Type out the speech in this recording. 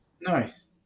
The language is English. Nice